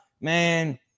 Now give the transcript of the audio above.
man